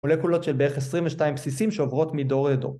מולקולות של בערך 22 בסיסים שעוברות מדור לדור.